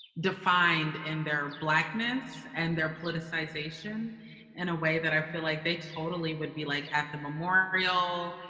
defined in their blackness, and their politicization in a way that i feel like they totally would be like at the memorial,